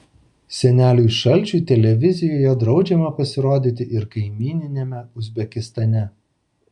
seneliui šalčiui televizijoje draudžiama pasirodyti ir kaimyniniame uzbekistane